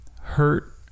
hurt